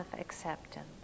acceptance